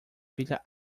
pilha